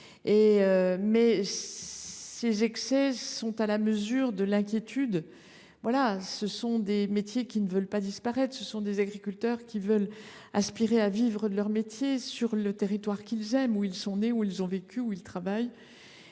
Mais ces excès sont à la mesure de l’inquiétude ressentie : ces métiers ne veulent pas disparaître, ces agriculteurs aspirent à vivre de leur métier sur le territoire qu’ils aiment, où ils sont nés, où ils ont vécu, où ils travaillent.